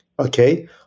Okay